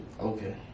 Okay